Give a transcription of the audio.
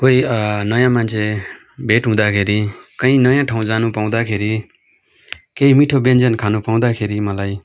कोही नयाँ मान्छे भेट हुँदाखेरि कहीँ नयाँ ठाउँ जानु पाउँदाखेरि केही नयाँ मिठो व्यञ्जन खानु पाउँदाखेरि मलाई